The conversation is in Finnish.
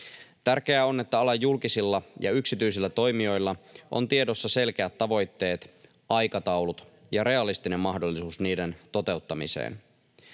Tärkeää on, että alan julkisilla ja yksityisillä toimijoilla on tiedossa selkeät tavoitteet, aikataulut ja realistinen mahdollisuus niiden toteuttamiseen.